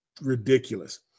ridiculous